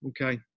Okay